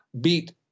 beat